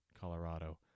Colorado